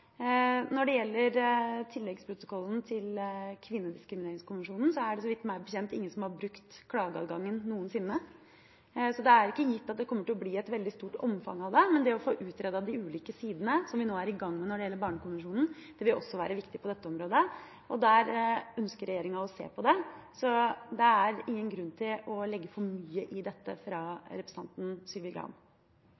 Når det gjelder tilleggsprotokollen til Kvinnediskrimineringskonvensjonen, er det, så vidt jeg vet, ingen som har brukt klageadgangen noensinne, så det er ikke gitt at det kommer til å bli et veldig stort omfang her. Men det å få utredet de ulike sidene, som vi nå er i gang med når det gjelder Barnekonvensjonen, vil også være viktig på dette området, og regjeringa ønsker å se på det. Så det er ingen grunn til å legge for mye i dette fra